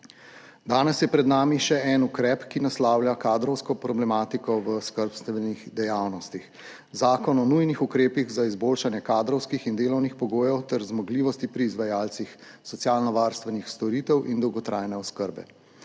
Danes je pred nami še en ukrep, ki naslavlja kadrovsko problematiko v skrbstvenih dejavnosti – zakon o nujnih ukrepih za izboljšanje kadrovskih in delovnih pogojev ter zmogljivosti pri izvajalcih socialno varstvenih storitev in dolgotrajne oskrbe.